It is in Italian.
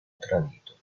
tradito